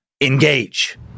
engage